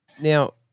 Now